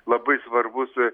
labai svarbus